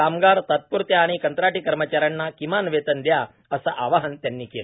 कामगार तात्पुरत्या आणि कंत्राटी कर्मचाऱ्यांना किमान वेतन द्या असं आवाहन त्यांनी केलं